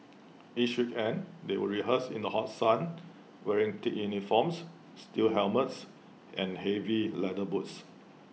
each weekend they would rehearse in the hot sun wearing thick uniforms steel helmets and heavy leather boots